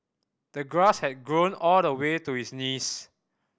the grass had grown all the way to his knees